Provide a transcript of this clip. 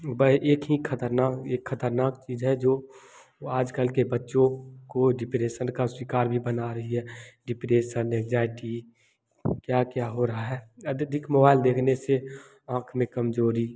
वे एक ही ख़तरनाक एक ख़तरनाक चीज़ है जो आज कल के बच्चों को डिप्रेसन का शिकार भी बना रही है डिप्रेसन एंग्जायटी क्या क्या हो रहा है अत्यधिक मोबाइल देखने से आँख में कमज़ोरी